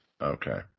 Okay